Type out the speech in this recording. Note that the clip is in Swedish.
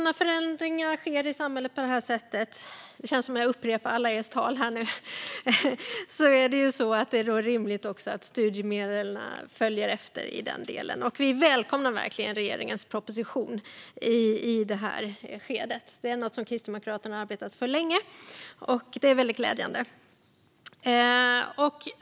När förändringar sker i samhället på det här sättet - det känns som att jag upprepar alla era tal här nu - är det rimligt att också studiemedlen följer efter i den delen. Vi välkomnar verkligen regeringens proposition i det här skedet. Detta är någonting som Kristdemokraterna har arbetat för länge, och det är väldigt glädjande.